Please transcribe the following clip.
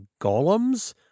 golems